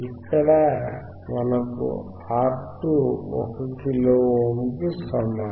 ఇక్కడ మనకు R2 1 kilo ohm కు సమానం